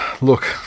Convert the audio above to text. Look